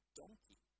donkey